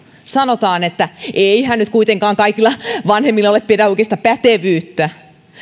sanotaan että eihän nyt kuitenkaan kaikilla vanhemmilla ole pedagogista pätevyyttä